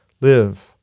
live